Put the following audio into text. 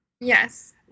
Yes